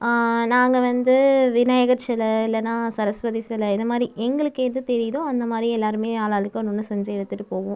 நாங்கள் வந்து விநாயகர் சிலை இல்லைனா சரஸ்வதி சிலை இதை மாதிரி எங்களுக்கு எது தெரியுதோ அந்த மாதிரி எல்லாருமே ஆளாளுக்கு ஒன்று ஒன்று செஞ்சு எடுத்துகிட்டு போவோம்